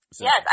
Yes